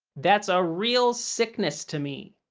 that's a real sickness to me.